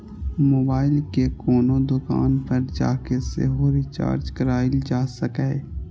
mobile कें कोनो दोकान पर जाके सेहो रिचार्ज कराएल जा सकैए